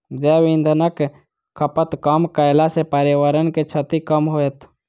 जैव इंधनक खपत कम कयला सॅ पर्यावरण के क्षति कम होयत